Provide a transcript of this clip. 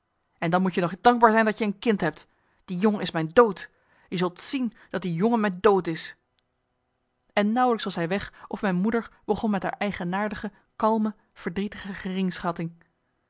en dan moet je nog dankbaar zijn dat je een kind hebt die jongen is mijn dood je zult zien dat die jongen mijn dood is en nauwelijks was hij weg of mijn moeder begon met haar eigenaardige kalme verdrietige